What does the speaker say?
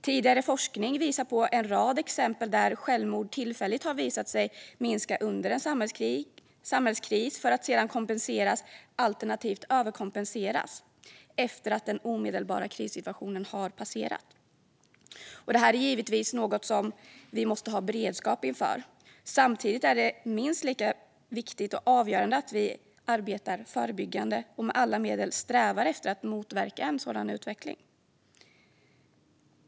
Tidigare forskning visar på en rad exempel där självmord tillfälligt har visat sig minska under en samhällskris, för att sedan kompenseras - alternativt överkompenseras - efter det att den omedelbara krissituationen har passerat. Det är givetvis något vi måste ha beredskap för, men samtidigt är det minst lika viktigt och avgörande att vi arbetar förebyggande och med alla medel strävar efter att motverka en sådan utveckling.